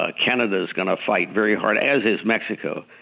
ah canada is going to fight very hard, as is mexico,